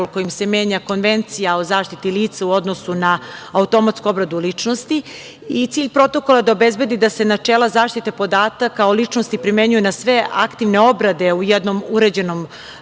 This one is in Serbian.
kojim se menja Konvencija o zaštiti lica na automatsku obradu ličnosti i cilj Protokola je da obezbedi da se načela zaštite podataka o ličnosti primenjuju na sve aktivne obrade u jednom uređenom